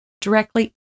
directly